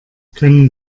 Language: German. können